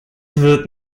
wird